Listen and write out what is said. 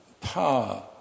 power